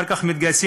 אחר כך הם מתגייסים,